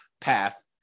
path